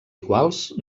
iguals